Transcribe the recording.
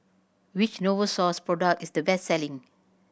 which Novosource product is the best selling